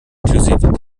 inklusive